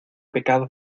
pecado